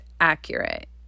accurate